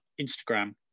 Instagram